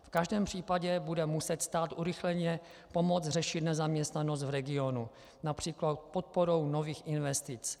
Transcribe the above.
V každém případě bude muset stát urychleně pomoci řešit nezaměstnanost v regionu například podporou nových investic.